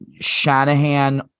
Shanahan